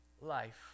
life